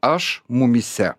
aš mumyse